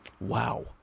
Wow